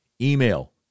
email